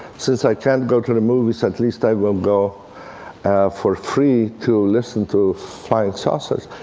since i can't go to the movies, at least i will go for free to listen to flying saucers.